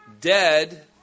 dead